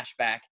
flashback